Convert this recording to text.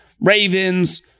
Ravens